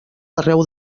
arreu